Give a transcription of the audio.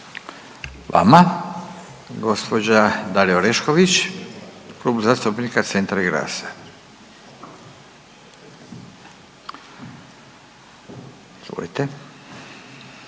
vama. Gospođa Dalija Orešković, Klub zastupnika Centra i GLAS-a. Izvolite.